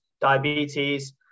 diabetes